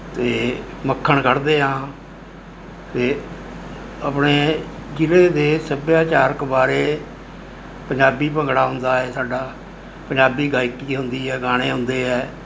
ਅਤੇ ਮੱਖਣ ਕੱਢਦੇ ਹਾਂ ਅਤੇ ਆਪਣੇ ਜ਼ਿਲ੍ਹੇ ਦੇ ਸੱਭਿਆਚਾਰਕ ਬਾਰੇ ਪੰਜਾਬੀ ਭੰਗੜਾ ਹੁੰਦਾ ਹੈ ਸਾਡਾ ਪੰਜਾਬੀ ਗਾਇਕੀ ਹੁੰਦੀ ਹੈ ਗਾਣੇ ਹੁੰਦੇ ਹੈ